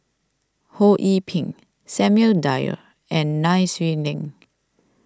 Ho Yee Ping Samuel Dyer and Nai Swee Leng